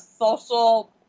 social